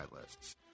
lists